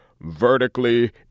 vertically